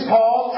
Paul